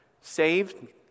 saved